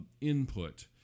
input